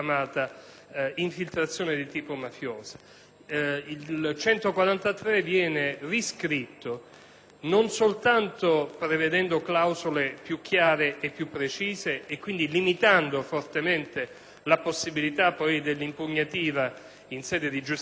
143 viene riscritto non soltanto prevedendo clausole più chiare e precise, con ciò limitando quindifortemente la possibilità dell'impugnativa in sede di giustizia amministrativa ma anche integrando